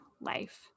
life